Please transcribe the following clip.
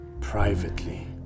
Privately